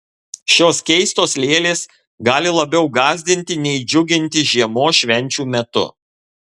šios keistos lėlės gali labiau gąsdinti nei džiuginti žiemos švenčių metu